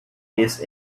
this